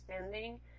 understanding